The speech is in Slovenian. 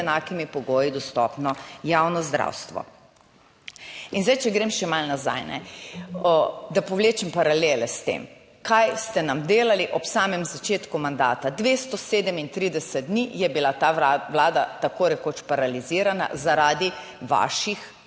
enakimi pogoji dostopno javno zdravstvo. In zdaj, če grem še malo nazaj, da povlečem paralele s tem, kaj ste nam delali ob samem začetku mandata. 237 dni je bila ta Vlada tako rekoč paralizirana zaradi vaših